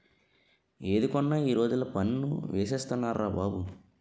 ఏది కొన్నా ఈ రోజుల్లో పన్ను ఏసేస్తున్నార్రా బాబు